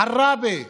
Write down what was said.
עראבה,